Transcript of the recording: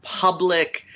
public